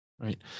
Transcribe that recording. right